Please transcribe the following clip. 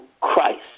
Christ